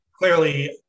clearly